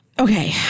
Okay